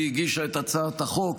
היא הגישה את הצעת החוק,